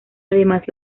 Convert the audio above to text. además